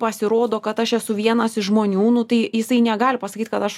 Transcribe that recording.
pasirodo kad aš esu vienas iš žmonių nu tai jisai negali pasakyt kad aš